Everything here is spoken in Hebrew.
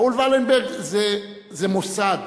ראול ולנברג זה מוסד,